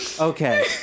Okay